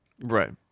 Right